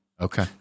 Okay